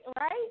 right